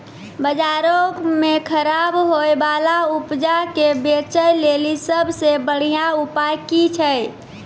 बजारो मे खराब होय बाला उपजा के बेचै लेली सभ से बढिया उपाय कि छै?